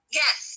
yes